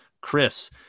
Chris